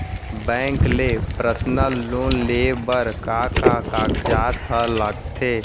Bank ले personal loan लेये बर का का कागजात ह लगथे?